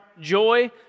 joy